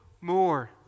more